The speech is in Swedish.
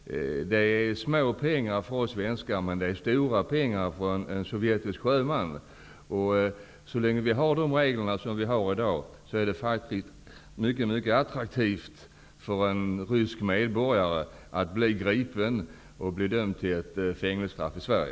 Det är små pengar för oss svenskar men stora pengar för en rysk sjöman. Så länge vi har de regler vi har i dag, är det faktiskt mycket attraktivt för en rysk medborgare att bli gripen och dömd till ett fängelsestraff i Sverige.